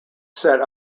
set